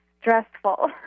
stressful